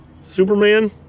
Superman